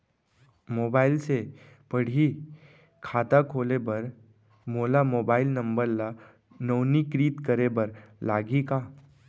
Mobile से पड़ही खाता खोले बर मोला मोबाइल नंबर ल नवीनीकृत करे बर लागही का?